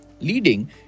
leading